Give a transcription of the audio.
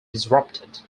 disrupted